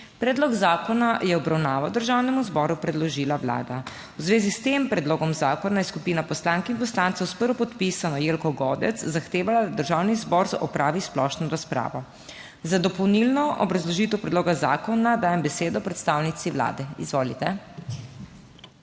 Predlog zakona je v obravnavo Državnemu zboru predložila Vlada. V zvezi s tem predlogom je skupina poslank in poslancev s prvopodpisano Jelko Godec zahtevala, da Državni zbor opravi splošno razpravo. Za dopolnilno obrazložitev predloga zakona dajem besedo predstavniku Vlade, in sicer